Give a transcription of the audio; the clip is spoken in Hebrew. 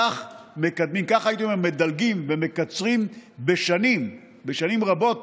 כך, הייתי אומר, מדלגים ומקצרים בשנים רבות